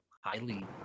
highly